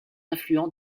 affluent